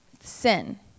sin